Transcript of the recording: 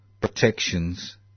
protections